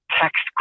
text